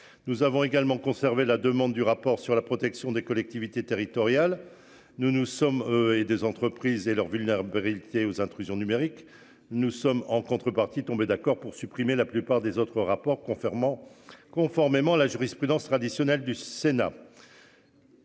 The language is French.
Nous avons également conserver la demande du rapport sur la protection des collectivités territoriales. Nous nous sommes et des entreprises et leur ville Narbr éviter aux intrusions numérique. Nous sommes en contrepartie tombés d'accord pour supprimer la plupart des autres rapports confirmant conformément à la jurisprudence traditionnelle du Sénat.--